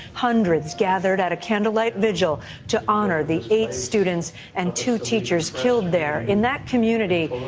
hundreds gathered at a candlelight vigil to honor the eight students and two teachers killed there. in that community,